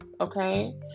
okay